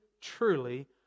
truly